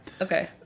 Okay